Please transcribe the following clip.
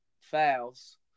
fouls